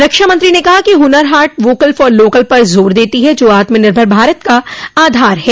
रक्षा मंत्री ने कहा कि Hunar Haat vocal for local पर जोर देती है जो आत्मनिभर भारत का आधार है